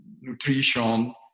nutrition